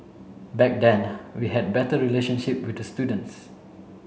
back then we had better relationship with the students